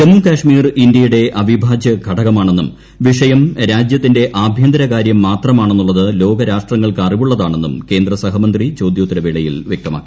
ജമ്മുകാശ്മീർ ഇന്ത്യയുടെ അവിഭാജ്യ ഘടകമാണെന്നും വിഷയം രാജ്യത്തിന്റെ ആഭ്യന്തരകാര്യം മാത്രമാണെന്നുള്ളത് ലോകരാഷ്ട്രങ്ങൾക്ക് അറിവുള്ളതാണെന്നും കേന്ദ്രസഹമന്ത്രി ചോദ്യോത്തരവേളയിൽ വ്യക്തമാക്കി